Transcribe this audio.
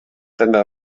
tenda